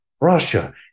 Russia